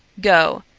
go!